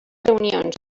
reunions